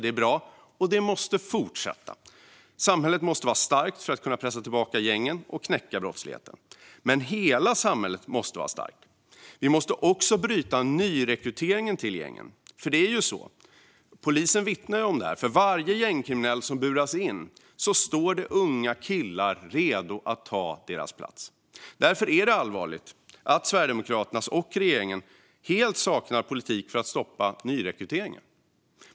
Detta är bra, och det måste fortsätta. Samhället måste vara starkt för att kunna pressa tillbaka gängen och knäcka brottsligheten. Men hela samhället måste vara starkt. Vi måste också bryta nyrekryteringen till gängen. Polisen vittnar om att det för varje gängkriminell som buras in står unga killar redo att ta hans plats. Därför är det allvarligt att Sverigedemokraterna och regeringen helt saknar politik för att stoppa nyrekryteringen.